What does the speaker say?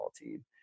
team